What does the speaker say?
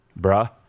Bruh